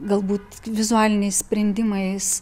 galbūt vizualiniais sprendimais